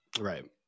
right